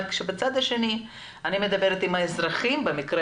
אבל כאשר בצד השני אני מדברת עם האזרחים - במקרה